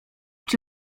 czy